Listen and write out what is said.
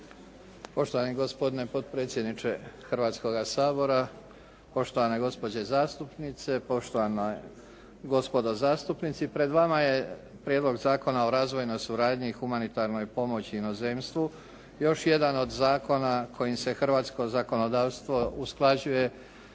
Poštovani gospodine potpredsjedniče Hrvatskoga sabora, poštovane gospođe zastupnice, poštivana gospodo zastupnici. Pred vama je Prijedlog zakona o razvojnoj suradnji i humanitarnoj pomoći inozemstvu, još jedan od zakona kojim se hrvatsko zakonodavstvo usklađuje